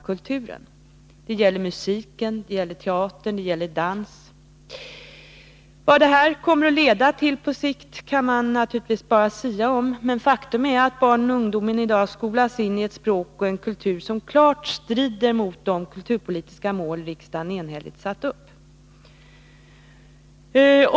Detta gäller musik, teater och dans. Vad det här kommer att leda till på sikt kan man naturligtvis bara sia om, men faktum är att barn och ungdom i dag skolas in i ett språk och en kultur som klart strider mot de kulturpolitiska mål riksdagen enhälligt har satt upp.